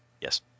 Yes